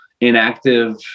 inactive